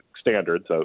standards